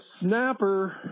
snapper